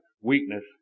weakness